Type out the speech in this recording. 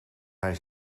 hij